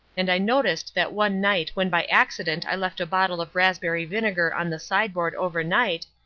and i noticed that one night when by accident i left a bottle of raspberry vinegar on the sideboard overnight,